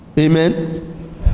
Amen